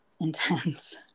intense